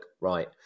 right